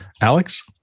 Alex